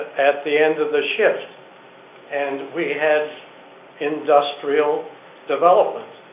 at the end of the shift and we had industrial development.